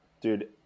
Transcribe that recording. dude